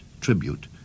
tribute